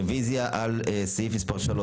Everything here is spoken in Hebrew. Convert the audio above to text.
מי בעד הרוויזיה על הסתייגות מספר 17?